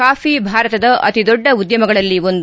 coffee ಭಾರತದ ಅತೀ ದೊಡ್ಡ ಉದ್ದಮಗಳಲ್ಲಿ ಒಂದು